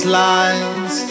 lines